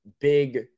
big